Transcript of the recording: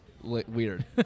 Weird